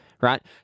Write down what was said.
Right